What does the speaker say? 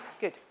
good